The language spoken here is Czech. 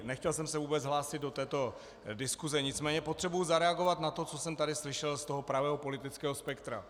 Nechtěl jsem se vůbec hlásit do této diskuse, nicméně potřebuji zareagovat na to, co jsem tady slyšel z pravého politického spektra.